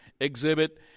exhibit